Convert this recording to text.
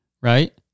right